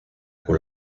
con